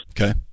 Okay